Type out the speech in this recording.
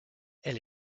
elle